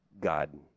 God